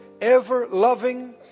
ever-loving